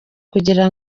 kugira